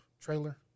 trailer